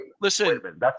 Listen